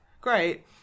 great